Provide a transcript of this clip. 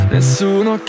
Nessuno